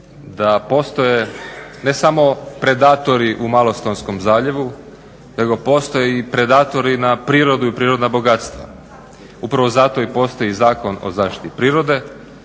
da postoje ne samo predatori u malostonskom zaljevu nego postoje i predatori na prirodu i prirodna bogatstva. Upravo zato i postoji Zakon o zaštiti prirode